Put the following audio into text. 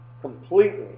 completely